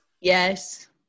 Yes